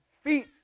feet